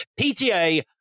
PTA